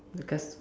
because